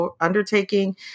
undertaking